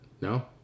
no